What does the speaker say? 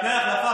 לפני החלפה,